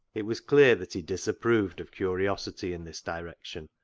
it was clear that he disapproved of curiosity in this direction,